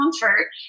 comfort